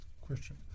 question